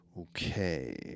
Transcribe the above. Okay